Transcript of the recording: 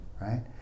right